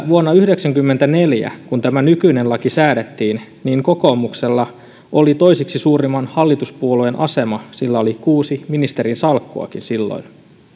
vuonna yhdeksänkymmentäneljä kun tämä nykyinen laki säädettiin kokoomuksella oli toiseksi suurimman hallituspuolueen asema sillä oli kuusi ministerinsalkkuakin silloin